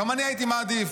גם אני הייתי מעדיף.